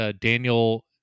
Daniel